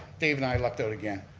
dave and i lucked out again.